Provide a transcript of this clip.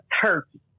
Turkey